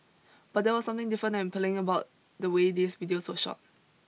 but there was something different and appealing about the way these videos were shot